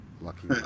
lucky